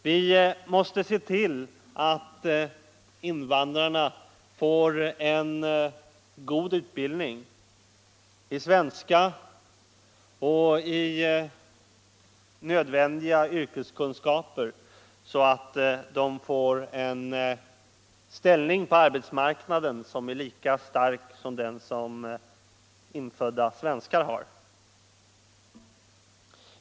Vi måste se till att invandrarna får en god utbildning i svenska och nödvändiga yrkeskunskaper så att deras ställning på arbetsmarknaden blir lika stark som den som infödda svenskar har.